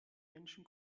menschen